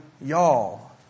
y'all